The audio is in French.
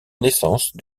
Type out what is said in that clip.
naissance